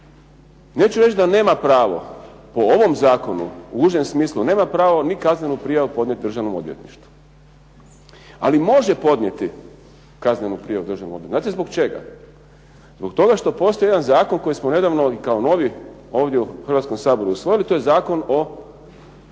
neće reći da nema pravo. Po ovom zakonu, u užem smislu, nema pravo ni kaznenu prijavu podnijeti državnom odvjetništvu. Ali može podnijeti prijavu Državnom odvjetništvu. Znate zbog čega? Zbog toga što postoji jedan zakon koji smo nedavno kao novi ovdje u Hrvatskom saboru usvojili, to je Zakon o